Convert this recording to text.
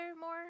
more